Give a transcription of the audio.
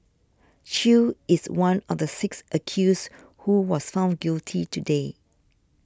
Chew is one of the six accused who was found guilty today